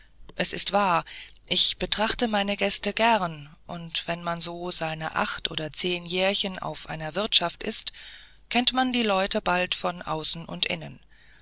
es ist wahr ich betrachte meine gäste gern und wenn man so seine acht oder zehn jährchen auf einer wirtschaft ist kennt man die leute bald von außen und innen